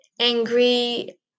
angry